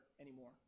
anymore